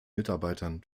mitarbeitern